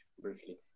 briefly